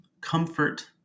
Comfort